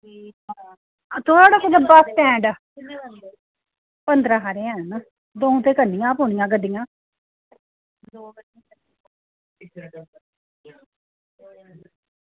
बस्स stand पंदरां हारे हैन दौं ते करनियां पौनियां गड्डियां